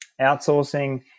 outsourcing